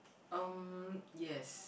um yes